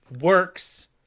works